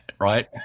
right